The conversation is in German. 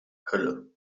hölle